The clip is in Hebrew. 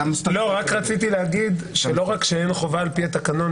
לאיזו תשובה את מצפה?